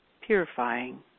purifying